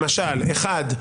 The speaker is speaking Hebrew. למשל אחד,